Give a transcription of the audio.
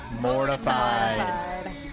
Mortified